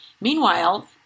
Meanwhile